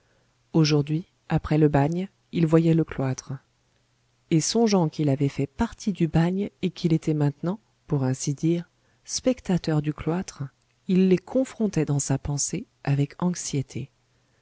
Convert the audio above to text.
aujourd'hui après le bagne il voyait le cloître et songeant qu'il avait fait partie du bagne et qu'il était maintenant pour ainsi dire spectateur du cloître il les confrontait dans sa pensée avec anxiété